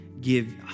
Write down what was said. give